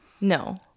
No